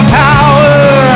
power